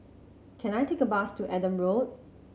can I take a bus to Adam Road